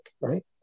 right